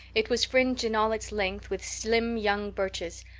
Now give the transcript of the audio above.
it was fringed in all its length with slim young birches,